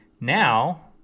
Now